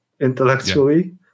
intellectually